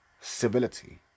Civility